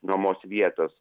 nuomos vietos